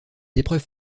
épreuves